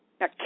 Now